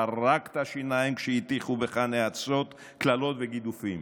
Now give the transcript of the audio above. חרקת שיניים כשהטיחו בך נאצות, קללות וגידופים.